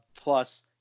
plus